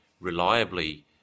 reliably